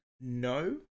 no